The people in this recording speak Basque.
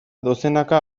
dozenaka